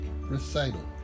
recital